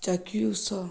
ଚାକ୍ଷୁଷ